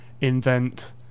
invent